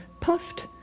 puffed